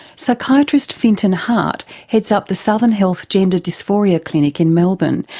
psychiatrist fintan harte heads up the southern health gender dysphoria clinic in melbourne,